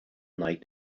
night